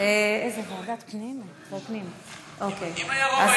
אם היה רוב היינו מסירים.